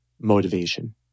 motivation